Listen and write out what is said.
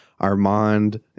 Armand